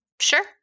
Sure